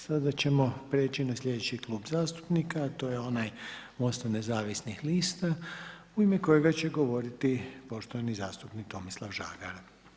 Sada ćemo preći na sljedeći Klub zastupnika, a to je onaj Mosta nezavisnih lista, u ime kojeg će govoriti poštovani zastupnik Tomislav Žagar.